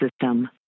system